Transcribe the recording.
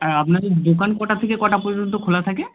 আর আপনাদের দোকান কটা থেকে কটা পর্যন্ত খোলা থাকে